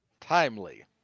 Timely